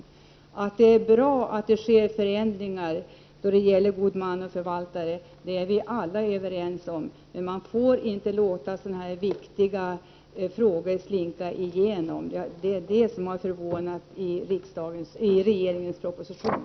Att det är bra att det sker förändringar när det gäller god man och förvaltare är vi alla överens om, men man får inte låta sådana här misstag slinka igenom. Det som har förvånat är att det är just vad som skett i regeringens proposition.